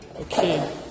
Okay